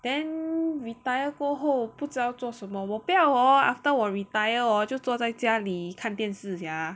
then retire 过后不知道做什么我不要 hor after 我 retire hor 就坐在家里看电视 sia